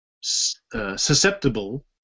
susceptible